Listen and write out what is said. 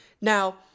Now